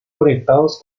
conectados